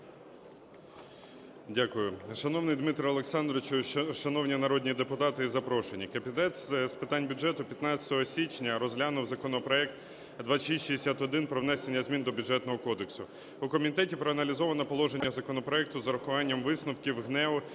Дякую. Шановний Дмитре Олександровичу, шановні народні депутати і запрошені! Комітет з питань бюджету 15 січня розглянув законопроект 2661 про внесення змін до Бюджетного кодексу. У комітеті проаналізовано положення законопроекту з урахуванням висновків ГНЕУ